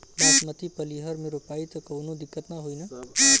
बासमती पलिहर में रोपाई त कवनो दिक्कत ना होई न?